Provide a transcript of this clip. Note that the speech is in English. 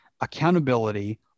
accountability